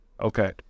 Okay